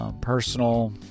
Personal